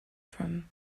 from